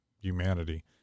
humanity